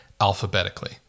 alphabetically